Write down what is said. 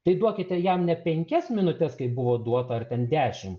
tai duokite jam ne penkias minutes kaip buvo duota ar ten dešim